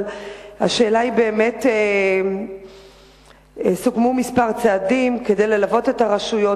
אבל השאלה היא: סוכמו כמה צעדים כדי ללוות את הרשויות,